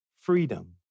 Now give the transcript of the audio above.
freedom